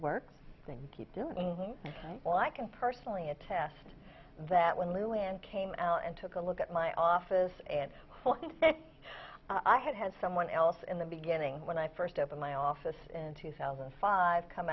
works keep doing all i can personally attest that when llewyn came out and took a look at my office and i had had someone else in the beginning when i first opened my office in two thousand and five come